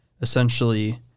essentially